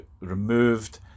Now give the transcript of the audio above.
removed